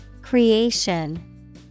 Creation